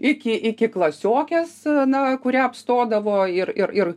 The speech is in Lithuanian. iki iki klasiokės na kurią apstodavo ir ir ir